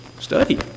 Study